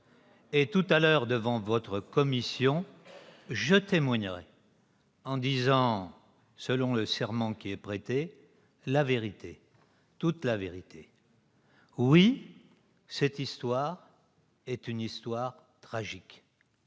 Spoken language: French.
Tout à l'heure, devant votre commission, je témoignerai en disant, selon le serment qui est prêté, la vérité, toute la vérité ! Oui, cette histoire est une histoire tragique,